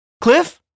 Cliff